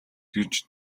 гэж